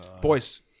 Boys